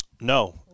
No